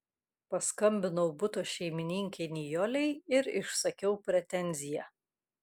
paskambinau buto šeimininkei nijolei ir išsakiau pretenziją